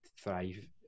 thrive